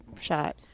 shot